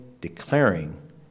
declaring